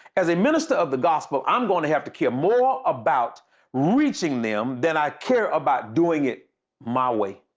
as a minister of the gospel, i'm going to have to care more about reaching them than i care about doing it my way.